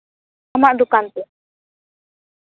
ᱟᱢᱟᱜ ᱫᱚᱠᱟᱱ ᱛᱮ